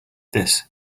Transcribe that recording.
this